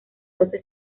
doce